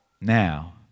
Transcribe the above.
Now